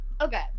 Okay